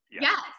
yes